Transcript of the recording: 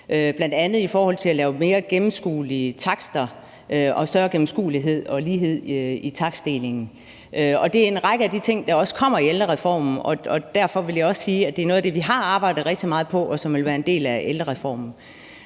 bl.a. i forhold til at lave mere gennemskuelige takster, større gennemskuelighed og lighed i takstdelingen, og det er en række af de ting, der også kommer i ældrereformen. Derfor vil jeg også sige, at det er noget af det, vi har arbejdet rigtig meget på, og som vil være en del af ældrereformen.